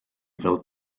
fel